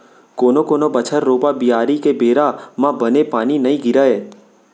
कोनो कोनो बछर रोपा, बियारी के बेरा म बने पानी नइ गिरय